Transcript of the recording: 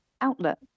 outlet